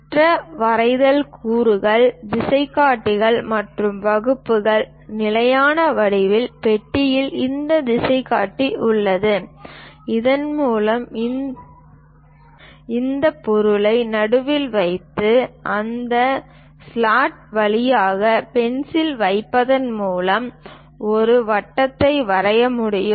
மற்ற வரைதல் கூறுகள் திசைகாட்டிகள் மற்றும் வகுப்பிகள் நிலையான வடிவியல் பெட்டியில் இந்த திசைகாட்டி உள்ளது இதன் மூலம் இந்த பொருளை நடுவில் வைத்து அந்த ஸ்லாட் வழியாக பென்சில் வைத்திருப்பதன் மூலம் ஒரு வட்டத்தை வரைய முடியும்